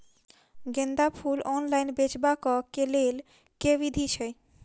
गेंदा फूल ऑनलाइन बेचबाक केँ लेल केँ विधि छैय?